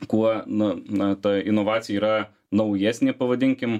kuo nu na ta inovacija yra naujesnė pavadinkim